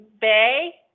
Bay